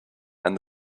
and